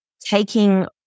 taking